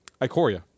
Icoria